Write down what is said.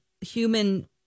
human